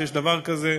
שיש דבר כזה,